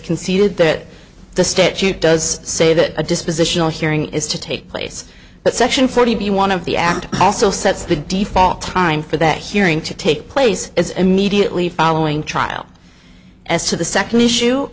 conceded that the statute does say that a dispositional hearing is to take place but section forty one of the act also sets the default time for that hearing to take place immediately following trial as to the second issue